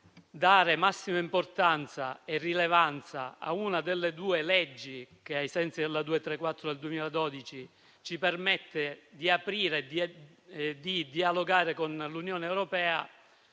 dare massima importanza e rilevanza a una delle due leggi che, ai sensi della legge n. 234 del 2012, ci permette di aprire e di dialogare con l'Unione europea,